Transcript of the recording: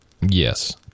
...yes